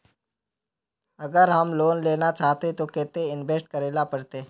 अगर हम लोन लेना चाहते तो केते इंवेस्ट करेला पड़ते?